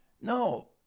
No